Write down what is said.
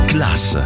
Class